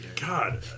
God